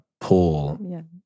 pull